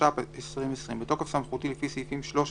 התש"ף-2020 בתוקף סמכותי לפי סעיפים 13